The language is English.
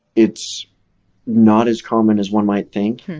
it's not as common as one might think.